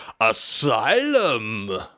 asylum